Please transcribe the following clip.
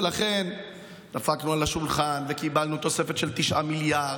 ולכן דפקנו על השולחן וקיבלנו תוספת של 9 מיליארד,